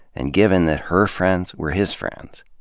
and given that her friends were his friends.